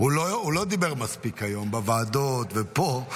הוא לא דיבר מספיק היום בוועדות ופה.